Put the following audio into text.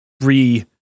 re